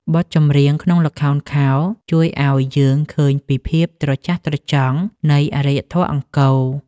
បទចម្រៀងក្នុងល្ខោនខោលជួយឱ្យយើងឃើញពីភាពត្រចះត្រចង់នៃអរិយធម៌អង្គរ។